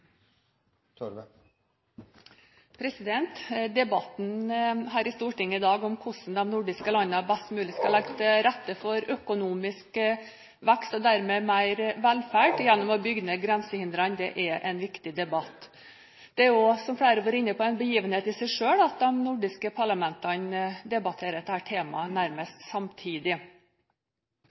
Debatten i Stortinget i dag om hvordan de nordiske landene best mulig skal legge til rette for økonomisk vekst – og dermed mer velferd – gjennom å bygge ned grensehindre, er en viktig debatt. Det er også – som flere har vært inne på – en begivenhet i seg selv at de nordiske parlamentene debatterer dette temaet nærmest samtidig.